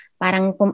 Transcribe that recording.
parang